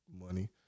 money